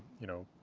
you know,